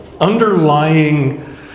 underlying